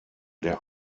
der